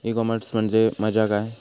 E commerce म्हणजे मझ्या आसा?